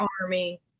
army